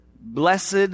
Blessed